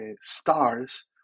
stars